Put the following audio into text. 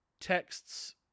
texts